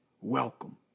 Welcome